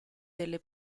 delle